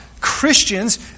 Christians